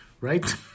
Right